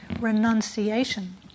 renunciation